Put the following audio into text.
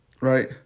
right